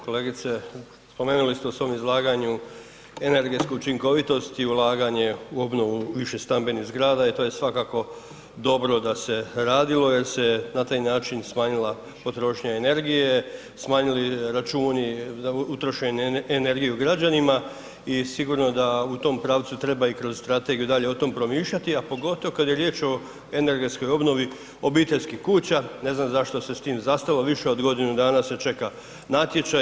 Kolegice, spomenuli ste u svom izlaganju energetsku učinkovitost i ulaganje u obnovu višestambenih zgrada i to je svakako dobro da se radilo jer se na taj način smanjila potrošnja energije, smanjili računi za utrošenu energiju građanima i sigurno da u tom pravcu treba i kroz strategiju dalje o tome promišljati, a pogotovo kad je riječ o energetskoj obnovi obiteljskih kuća, ne znam zašto se s tim zastalo, više od godinu dana se čeka natječaj.